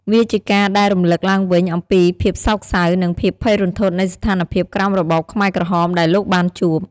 វាជាការដែលរំលឹកឡើងវិញអំពីភាពសោកសៅ និងភាពភ័យរន្ធត់នៃស្ថានភាពក្រោមរបបខ្មែរក្រហមដែលលោកបានជួប។